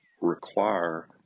require